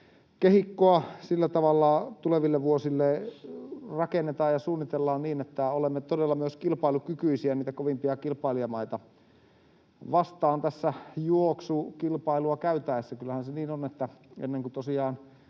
kannustekehikkoa sillä tavalla tuleville vuosille rakennetaan ja suunnitellaan, niin että olemme todella myös kilpailukykyisiä niitä kovimpia kilpailijamaita vastaan tässä juoksukilpailua käytäessä. Kyllähän se niin on, että tosiaan